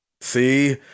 See